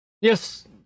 yes